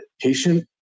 patient